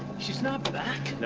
she's not back? no.